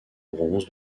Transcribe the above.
bronze